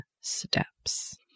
steps